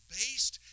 based